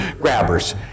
grabbers